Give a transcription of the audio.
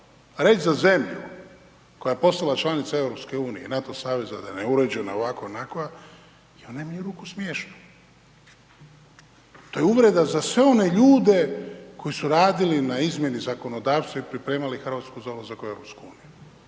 Reć za zemlju koja je postala članica EU, NATO saveza, da je neuređena, ovakva, onakva, je u najmanju ruku smiješno. To je uvreda za sve one ljude koji su radili na izmjeni zakonodavstva i pripremali RH za ulazak u EU,